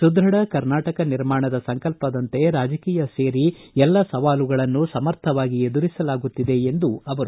ಸುದ್ಬಢ ಕರ್ನಾಟಕ ನಿರ್ಮಾಣದ ಸಂಕಲ್ಪದಂತೆ ರಾಜಕೀಯ ಸೇರಿ ಎಲ್ಲ ಸವಾಲುಗಳನ್ನು ಸಮರ್ಥವಾಗಿ ಎದುರಿಸಲಾಗುತ್ತಿದೆ ಎಂದರು